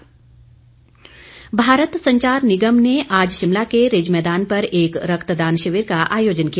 BSNL Bharat Sanchar Nigam ने आज शिमला के रिज मैदान पर एक रक्तदान शिविर का आयोजन किया